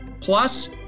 plus